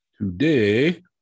Today